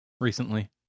recently